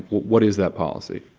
what is that policy?